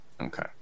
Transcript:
Okay